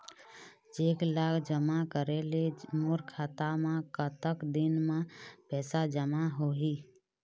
Cheque ला जमा करे ले मोर खाता मा कतक दिन मा पैसा जमा होही?